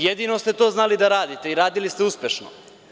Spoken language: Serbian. Jedino ste to znali da radite i radili ste uspešno.